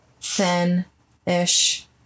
thin-ish